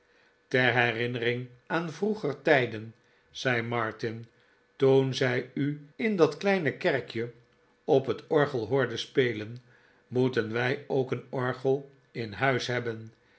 ter herinnering aan vroeger tijden zei martin toen zij u in dat kleine kerkje op het orgel hoorde spelen moeten wij ook een orgel in huis hebben